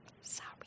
Sorry